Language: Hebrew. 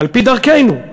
על-פי דרכנו,